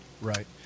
Right